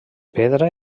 pedra